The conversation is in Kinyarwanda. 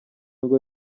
ngo